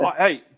Hey